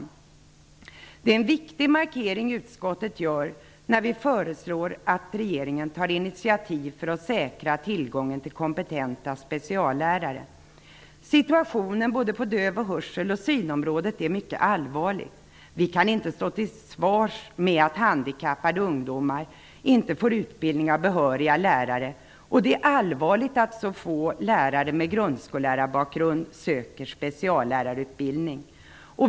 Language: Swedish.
Det är en viktig markering utskottet gör när vi föreslår att regeringen tar initiativ för att stärka tillgången till kompetenta speciallärare. Situationen på både döv-, hörsel och synområdet är mycket allvarlig. Vi kan inte stå till svars för att handikappade ungdomar inte får utbildning av behöriga lärare. Det är allvarligt att så få lärare med grundskollärarbakgrund söker speciallärarutbildning.